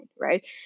right